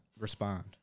Respond